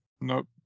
Nope